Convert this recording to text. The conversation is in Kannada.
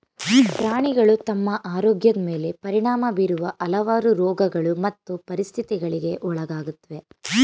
ಪ್ರಾಣಿಗಳು ತಮ್ಮ ಆರೋಗ್ಯದ್ ಮೇಲೆ ಪರಿಣಾಮ ಬೀರುವ ಹಲವಾರು ರೋಗಗಳು ಮತ್ತು ಪರಿಸ್ಥಿತಿಗಳಿಗೆ ಒಳಗಾಗುತ್ವೆ